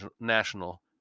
national